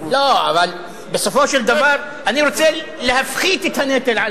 לא, אבל בסופו של דבר אני רוצה להפחית את הנטל על